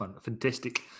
Fantastic